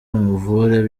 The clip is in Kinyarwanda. nkuvure